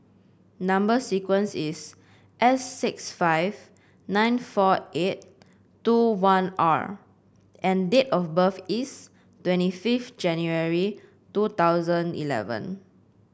number sequence is S six five nine four eight two one R and date of birth is twenty fifth January two thousand eleven